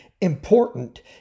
important